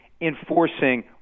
enforcing